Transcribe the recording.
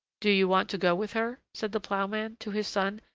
do you want to go with her? said the ploughman to his son,